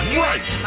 right